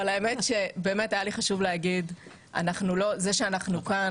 האמת היא שהיה לי חשוב להגיד שזה שאנחנו כאן